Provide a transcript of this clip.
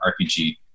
RPG